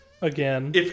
Again